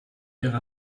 ihrer